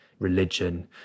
religion